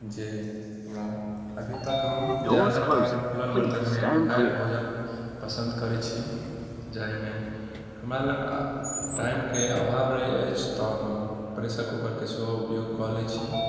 जे हमरा अभी तक हम ज्यादातर खुलल बर्तनमे पकायल भोजन पसन्द करैत छी जाहिमे हमरा लग टाइमके अभाव रहैत अछि तऽ हम प्रेशर कूकरके सेहो उपयोग कऽ लैत छी